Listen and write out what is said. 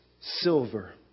silver